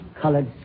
Colored